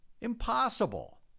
impossible